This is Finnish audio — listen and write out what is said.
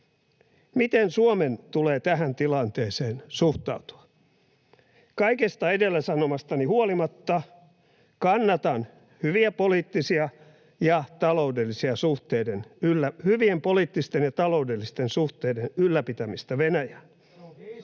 Miten Suomen tulee tähän tilanteeseen suhtautua? Kaikesta edellä sanomastani huolimatta kannatan hyvien poliittisten ja taloudellisten suhteiden ylläpitämistä Venäjään.